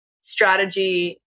strategy